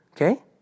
Okay